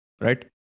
Right